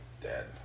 dead